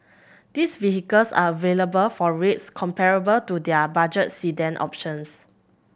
these vehicles are available for rates comparable to their budget sedan options